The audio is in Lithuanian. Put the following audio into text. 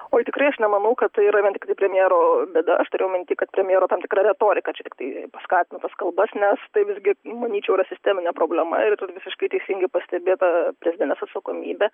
oi tikrai aš nemanau kad tai yra vien tiktai premjero bėda aš turėjau minty kad premjero tam tikra retorika čia tiktai paskatino tas kalbas nes tai visgi manyčiau yra sisteminė problema ir atrodo visiškai teisingai pastebėta prezidentės atsakomybė